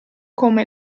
come